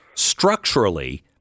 structurally